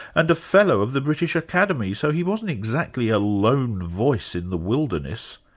and a fellow of the british academy, so he wasn't exactly a lone voice in the wilderness.